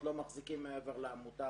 לא מחזיקים מעבר למותר,